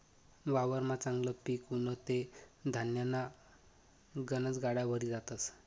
वावरमा चांगलं पिक उनं ते धान्यन्या गनज गाड्या भरी जातस